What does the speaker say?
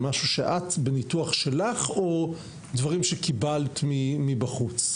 זה משהו שאת, בניתוח שלך, או דברים שקיבלת מבחוץ.